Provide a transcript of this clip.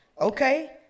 Okay